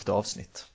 avsnitt